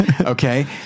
Okay